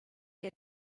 get